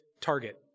target